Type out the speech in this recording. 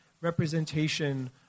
representation